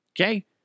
Okay